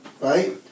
right